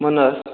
मनज